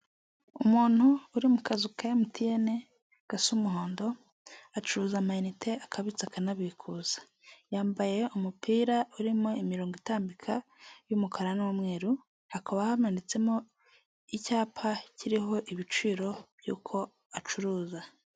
Umuntu uri mu kazu ka emutiyene gasa umuhondo, acuruza amayinite akabitsa akanabikuza, yambaye umupira urimo imirongo itambika y'umukara n'umweru, hakaba hamanitsemo icyapa kiriho ibiciro by'uko acuruza.